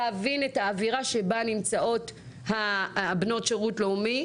להבין את האווירה שבה נמצאות בנות השירות הלאומי.